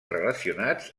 relacionats